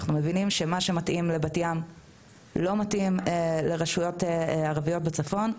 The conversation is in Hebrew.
אנחנו מבינים שמה שמתאים לבת ים לא מתאים לרשויות ערביות בצפון.